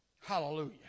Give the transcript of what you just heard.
Hallelujah